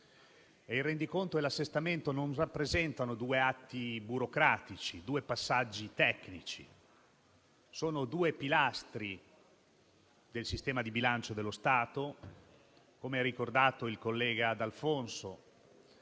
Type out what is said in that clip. Il rendiconto e l'assestamento non rappresentano due atti burocratici, due passaggi tecnici. Sono due pilastri del sistema di bilancio dello Stato, come ha ricordato il collega D'Alfonso